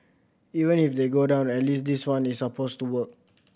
even if they go down at least this one is supposed to work